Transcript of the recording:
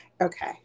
okay